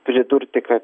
pridurti kad